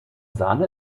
sahne